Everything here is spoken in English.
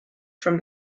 from